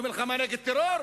זה מלחמה נגד טרור?